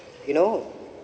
you know